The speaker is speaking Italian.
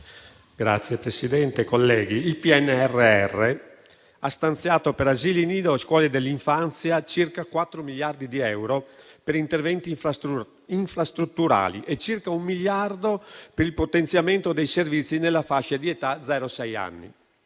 il PNRR ha stanziato per asili nido e scuole per l'infanzia circa 4 miliardi di euro per interventi infrastrutturali e circa un miliardo per il potenziamento dei servizi nella fascia di età da